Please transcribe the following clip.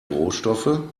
rohstoffe